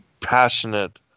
passionate